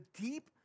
deep